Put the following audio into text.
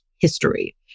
history